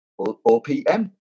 OPM